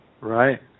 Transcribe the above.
Right